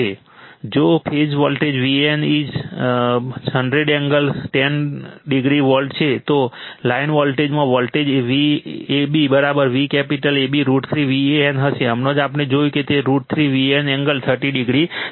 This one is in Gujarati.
જો phase voltage Van 100 angle 10o volt છે તો લાઇનમાં voltage Vab V capital AB √ 3 Van હશે હમણાં જ આપણે જોયું કે તે √ 3 Van એંગલ 30o છે